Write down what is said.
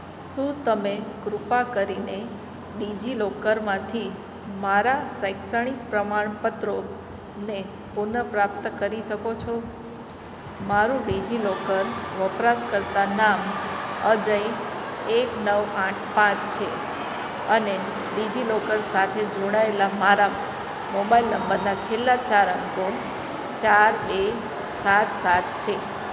શું તમે કૃપા કરીને ડીજીલોકરમાંથી મારા શૈક્ષણિક પ્રમાણપત્રોને પુનઃપ્રાપ્ત કરી શકો છો મારું ડિજિલોકર વપરાશકર્તા નામ અજય એક નવ આઠ પાંચ છે અને ડીજીલોકર સાથે જોડાયેલા મારા મોબાઈલ નંબરના છેલ્લા ચાર અંકો ચાર એ સાત સાત છે